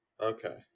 Okay